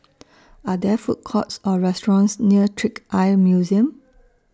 Are There Food Courts Or restaurants near Trick Eye Museum